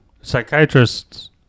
Psychiatrists